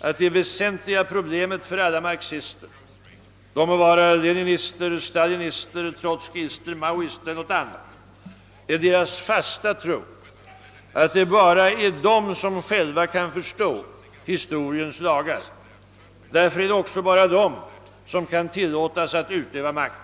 att det väsentliga problemet för alla marxister — de må vara leninister, stalinister, trotskyister, maoister eller något annat — är deras fasta tro att det bara är de som själva kan förstå »historiens lagar». Därför är det också bara de som kan tillåtas att utöva makt.